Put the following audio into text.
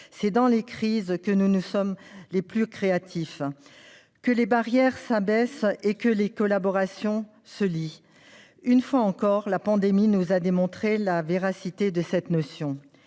C'est dans les crises que nous sommes le plus créatifs, que les barrières s'abaissent et que les collaborations se lient. Une fois encore, la pandémie nous a démontré la véracité de cette idée.